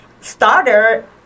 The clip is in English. starter